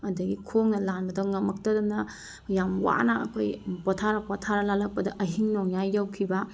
ꯑꯗꯒꯤ ꯈꯣꯡꯅ ꯂꯥꯟꯕꯗꯣ ꯉꯝꯃꯛꯇꯗꯅ ꯌꯥꯝ ꯋꯥꯅ ꯑꯩꯈꯣꯏ ꯄꯣꯊꯥꯔ ꯄꯣꯊꯥꯔ ꯂꯥꯜꯂꯛꯄꯗ ꯑꯍꯤꯡ ꯅꯣꯡꯌꯥꯏ ꯌꯧꯈꯤꯕ